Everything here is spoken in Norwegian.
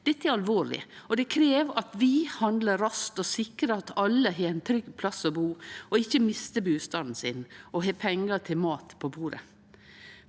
Dette er alvorleg, og det krev at vi handlar raskt og sikrar at alle har ein trygg plass å bu, at dei ikkje mistar bustaden sin, og at dei har pengar til mat på bordet.